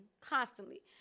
constantly